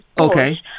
Okay